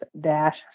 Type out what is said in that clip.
dash